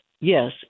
Yes